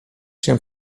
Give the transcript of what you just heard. się